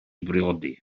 briodi